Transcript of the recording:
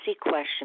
question